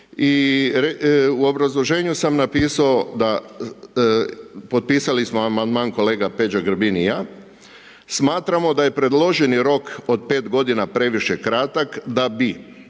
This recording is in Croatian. U obrazloženju sam napisao, potpisali smo amandman kolega Peđa Grbin i ja, smatramo da je predloženi rok od 5 godina previše kratak da bi